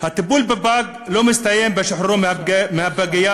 הטיפול בפג לא מסתיים בשחרור מהפגייה,